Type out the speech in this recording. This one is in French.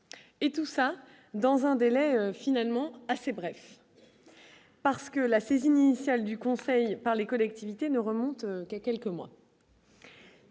et tout ça dans un délai finalement assez bref parce que la saisine initiale du Conseil par les collectivités ne remonte qu'à quelques mois.